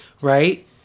right